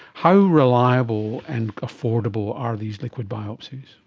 how reliable and affordable are these liquid biopsies?